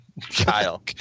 Kyle